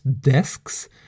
desks